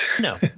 No